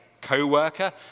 co-worker